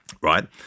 right